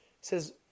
says